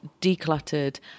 decluttered